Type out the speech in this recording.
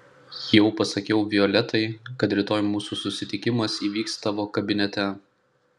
jau pasakiau violetai kad rytoj mūsų susitikimas įvyks tavo kabinete